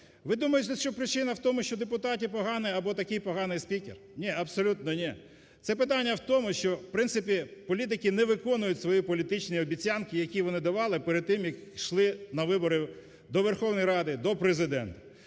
Ви думаєте, що причина в тому, що депутати погані або такий поганий спікер? Ні, абсолютно ні. Це питання в тому, що в принципі політики не виконують свої політичні обіцянки, які вони давали перед тим як шли на вибори до Верховної Ради, до Президента.